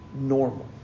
normal